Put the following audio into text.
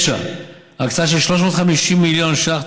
9. הקצאה של 350 מיליון ש"ח,